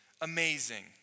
amazing